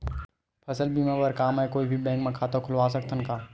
फसल बीमा बर का मैं कोई भी बैंक म खाता खोलवा सकथन का?